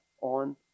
on